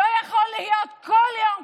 לא יכול להיות שבכל יום,